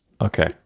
Okay